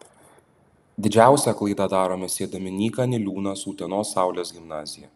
didžiausią klaidą darome siedami nyką niliūną su utenos saulės gimnazija